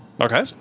Okay